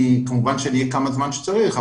כמובן שאני אשאר כמה זמן שצריך,